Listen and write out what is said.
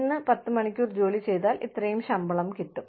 ഇന്ന് പത്ത് മണിക്കൂർ ജോലി ചെയ്താൽ ഇത്രയും ശമ്പളം കിട്ടും